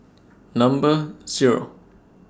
Number Zero